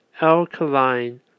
alkaline